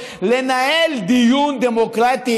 לנהל דיון דמוקרטי